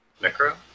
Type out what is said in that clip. Necro